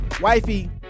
wifey